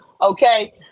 okay